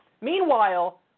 Meanwhile